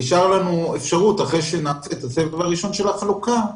נשארה לנו אפשרות אחרי שנקיים את הסבב הראשון של החלוקה,